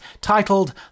titled